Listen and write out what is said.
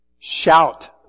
Shout